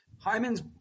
Hyman's